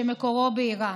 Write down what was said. שמקורו באיראן.